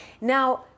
Now